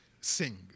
sing